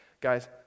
Guys